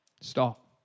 stop